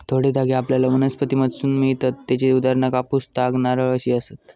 थोडे धागे आपल्याला वनस्पतींमधसून मिळतत त्येची उदाहरणा कापूस, ताग, नारळ अशी आसत